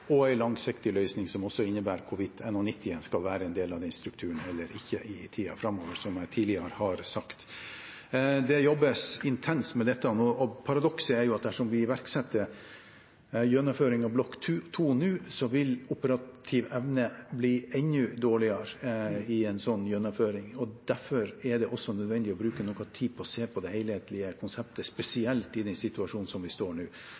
og en langsiktig løsning, som også innebærer hvorvidt NH90 skal være en del av den strukturen eller ikke i tiden framover – som jeg tidligere har sagt. Det jobbes intenst med dette, og paradokset er at dersom vi iverksetter gjennomføring av Block 2 nå, vil operativ evne bli enda dårligere i en sånn gjennomføring. Derfor er det også nødvendig å bruke noe tid på å se på det helhetlige konseptet, spesielt i den situasjonen vi står i nå.